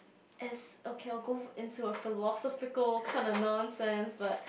as okay I will go into a philosophical kind of nonsense but